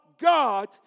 God